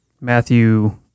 Matthew